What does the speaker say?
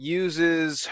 uses